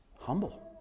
humble